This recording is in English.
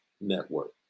Network